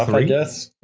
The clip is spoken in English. i guess?